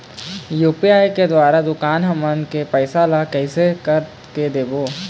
UPI के द्वारा दुकान हमन के पैसा ला कैसे कर के देबो?